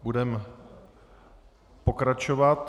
Budeme pokračovat.